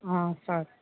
sir